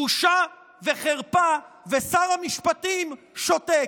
בושה וחרפה, ושר המשפטים שותק.